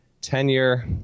tenure